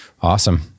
Awesome